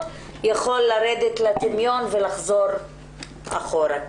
יכול לרדת לטמיון והמצב עלול לחזור אחורה.